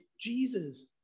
Jesus